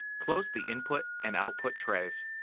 close the input and output trays.